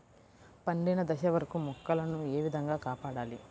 పండిన దశ వరకు మొక్కల ను ఏ విధంగా కాపాడాలి?